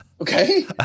okay